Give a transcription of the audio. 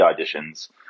auditions